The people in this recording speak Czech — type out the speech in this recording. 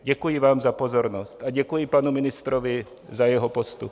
Děkuji vám za pozornost a děkuji panu ministrovi za jeho postup.